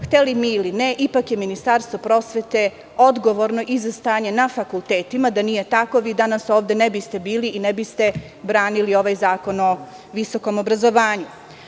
Hteli mi ili ne, ipak je Ministarstvo prosvete odgovorno za stanje na fakultetima, da nije tako vi danas ne biste ovde bili i ne biste branili ovaj Zakon o visokom obrazovanju.